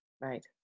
Right